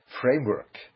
framework